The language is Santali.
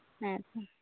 ᱦᱮᱸᱛᱚ